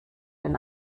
den